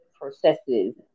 processes